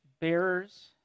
bearers